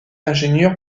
ingénieur